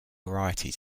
variety